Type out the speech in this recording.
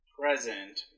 present